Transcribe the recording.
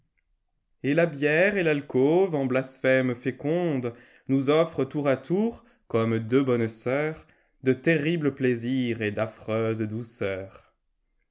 et la bière et talcôve en blasphèmes fécondesnous offrent tour à tour comme deux bonnes sœurs e terribles plaisirs et d'affreuses douceurs